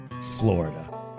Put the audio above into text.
Florida